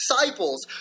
disciples